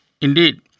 Indeed